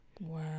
Wow